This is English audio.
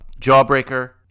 Jawbreaker